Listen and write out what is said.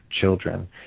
children